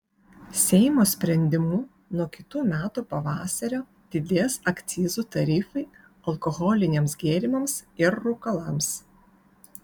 seimo sprendimu nuo kitų metų pavasario didės akcizų tarifai alkoholiniams gėrimams ir rūkalams